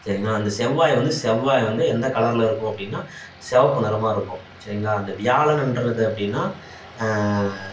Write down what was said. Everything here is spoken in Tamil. சரிங்களா அந்தச் செவ்வாய் வந்து செவ்வாய் வந்து எந்த கலரில் இருக்கும் அப்படின்னா சிவப்பு நிறமாக இருக்கும் சரிங்களா அந்த வியாழன் என்றது அப்படின்னா